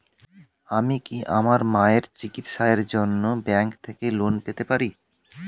আমি কি আমার মায়ের চিকিত্সায়ের জন্য ব্যঙ্ক থেকে লোন পেতে পারি?